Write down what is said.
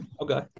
Okay